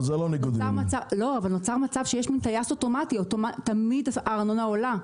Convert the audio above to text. נוצר מצב שיש מן טייס אוטומטי; תמיד הארנונה עולה,